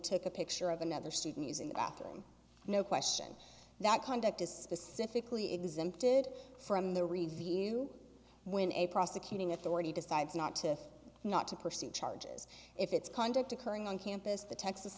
took a picture of another student using the bathroom no question that conduct is specifically exempted from the review when a prosecuting authority decides not to not to pursue charges if it's conduct occurring on campus the texas